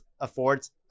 affords